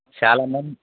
చాలామంది